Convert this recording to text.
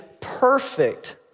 perfect